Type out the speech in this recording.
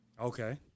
Okay